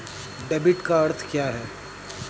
Debit का अर्थ क्या है?